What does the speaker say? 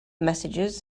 messages